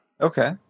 Okay